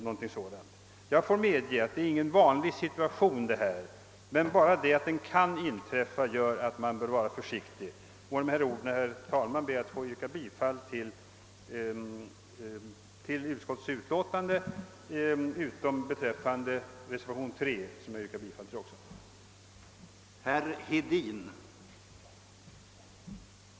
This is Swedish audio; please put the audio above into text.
Jag medger att det inte är någon vanlig situation, men bara detta att den kan inträffa gör att man bör vara försiktig. Med dessa ord, herr talman, ber jag att få yrka bifall till utskottets utlåtande utom vad gäller den fråga som tagits upp i reservationen III, till vilken jag alltså yrkar bifall.